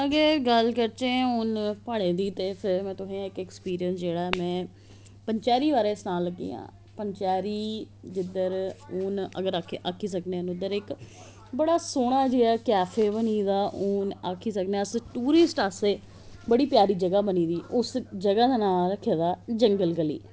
अगर गल्ल करचै हून प्हाडे़ं दी ते में तुसेंगी हून इक इक एक्सपीरियंस जेहड़ा पचैंरी बारे च सनान लगी ही पचैंरी जिद्धर हून अगर आक्खी सकने उद्धर इक बड़ा सोहना जेहा कैफे बनी गेदा हून आक्खी सकने अस टूरिस्ट आस्तै बड़ी प्यारी जगह बनी दी ऐ उस जगह दा नां रक्खे दा जंगल गली